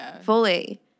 fully